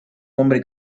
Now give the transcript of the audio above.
hombre